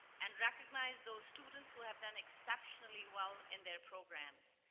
and recognize those students who have done exceptionally well in their programs.